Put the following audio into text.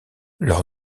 leur